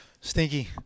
Stinky